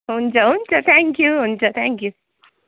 हुन्छ हुन्छ thank you हुन्छ थ्याङ्क यु